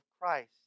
Christ